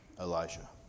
Elijah